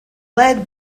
led